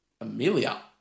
Amelia